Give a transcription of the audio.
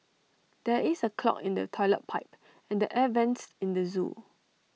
there is A clog in the Toilet Pipe and the air Vents in the Zoo